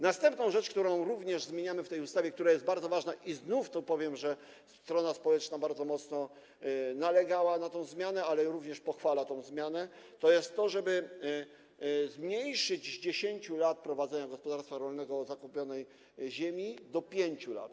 Następną rzecz, którą również zmieniamy w tej ustawie, która jest bardzo ważna - i znów tu powiem, że strona społeczna bardzo mocno nalegała na tę zmianę, jak również pochwala tę zmianę - to jest to, żeby zmniejszyć z 10 lat okres prowadzenia gospodarstwa rolnego, zakupionej ziemi do 5 lat.